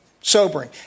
sobering